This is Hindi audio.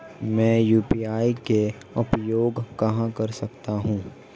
मैं यू.पी.आई का उपयोग कहां कर सकता हूं?